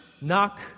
Knock